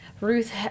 Ruth